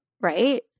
right